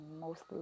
mostly